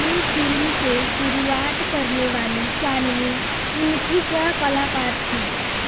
lovely film से शुरुआत करने वाली शान्वी उनकी सह कलाकार थीं